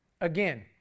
Again